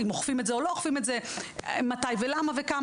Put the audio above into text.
אם אוכפים את זה או לא אוכפים את זה מתי ולמה וכמה?